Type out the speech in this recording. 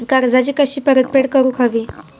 कर्जाची कशी परतफेड करूक हवी?